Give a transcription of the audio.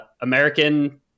American